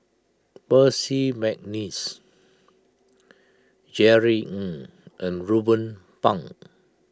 Percy McNeice Jerry Ng and Ruben Pang